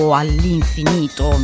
all'infinito